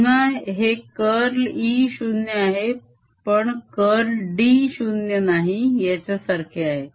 पुन्हा हे curl E 0 आहे पण curl D 0 नाही याच्यासारखे आहे